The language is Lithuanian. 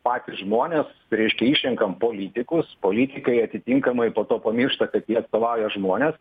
patys žmonės reiškia išrenkam politikus politikai atitinkamai po to pamiršta kad jie atstovauja žmones